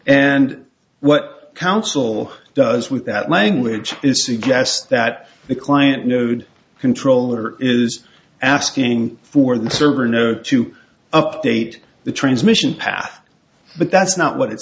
and what counsel does with that language is suggest that the client node controller is asking for the server know to update the transmission path but that's not what it